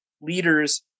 leaders